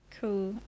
Cool